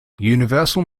universal